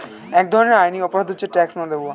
এক ধরনের আইনি অপরাধ হচ্ছে ট্যাক্স না দেওয়া